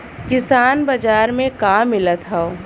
किसान बाजार मे का मिलत हव?